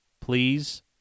please